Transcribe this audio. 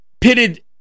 pitted